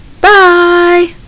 Bye